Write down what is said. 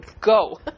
Go